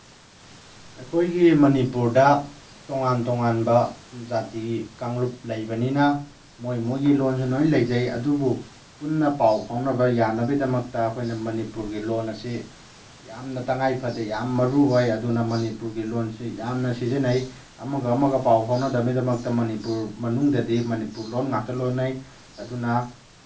ꯑꯩꯈꯣꯏꯒꯤ ꯃꯅꯤꯄꯨꯔꯗ ꯇꯣꯉꯥꯟ ꯇꯣꯉꯥꯟꯕ ꯖꯥꯇꯤ ꯀꯥꯡꯂꯨꯞ ꯂꯩꯕꯅꯤꯅ ꯃꯣꯏ ꯃꯣꯏꯒꯤ ꯂꯣꯜꯁꯨ ꯂꯣꯏꯅ ꯂꯩꯖꯩ ꯑꯗꯨꯕꯨ ꯄꯨꯟꯅ ꯄꯥꯎ ꯐꯥꯎꯅꯕ ꯌꯥꯅꯕꯒꯤꯗꯃꯛꯇ ꯑꯩꯈꯣꯏꯅ ꯃꯅꯤꯄꯨꯔꯒꯤ ꯂꯣꯜ ꯑꯁꯤ ꯌꯥꯝꯅ ꯇꯉꯥꯏꯐꯗꯦ ꯌꯥꯝ ꯃꯔꯨꯑꯣꯏ ꯑꯗꯨꯅ ꯃꯅꯤꯄꯨꯔꯒꯤ ꯂꯣꯜꯁꯤ ꯌꯥꯝꯅ ꯁꯤꯖꯤꯟꯅꯩ ꯑꯃꯒ ꯑꯃꯒ ꯄꯥꯎ ꯐꯥꯎꯅꯗꯕꯒꯤꯗꯃꯛꯇ ꯃꯅꯤꯄꯨꯔ ꯃꯅꯨꯡꯗꯗꯤ ꯃꯅꯤꯄꯨꯔ ꯂꯣꯜ ꯉꯥꯛꯇ ꯂꯣꯟꯅꯩ ꯑꯗꯨꯅ